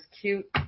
cute